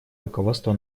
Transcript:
руководство